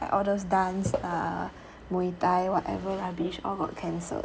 like all those dance ah muay thai whatever rubbish all got cancelled